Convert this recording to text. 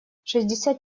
шестьдесят